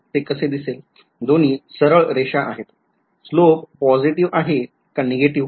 slope positive ve आहे का negative